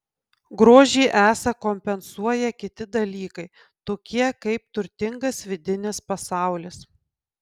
grožį esą kompensuoja kiti dalykai tokie kaip turtingas vidinis pasaulis